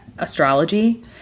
astrology